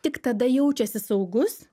tik tada jaučiasi saugus